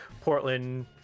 Portland